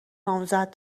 نامزد